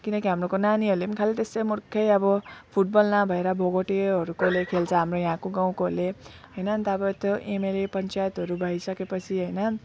किनकि हाम्रो नानीहरूले खालि त्यसै मूर्खै अब फुट बल नभएर भोगोटेहरूकोले खेल्छ हाम्रो यहाँको गाउँकोले होइन अन्त अब त्यो एमएलए पञ्चायतहरू भइसके पछि होइन